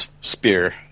spear